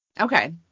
okay